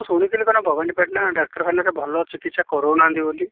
ମୁଁ ଶୁଣିଥିଲି କ'ଣ ଭବାନୀପାଟଣା ଡାକ୍ତରଖାନାରେ ଭଲ ଚିକିତ୍ସା କରାଉନାହାଁନ୍ତି ବୋଲି